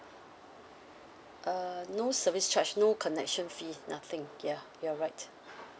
uh no service charge no connection fee nothing ya you are right